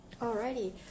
Alrighty